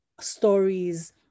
stories